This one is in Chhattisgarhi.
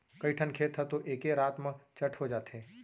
कइठन खेत ह तो एके रात म चट हो जाथे